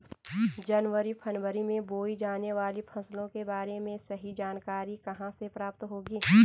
जनवरी फरवरी में बोई जाने वाली फसलों के बारे में सही जानकारी कहाँ से प्राप्त होगी?